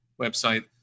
website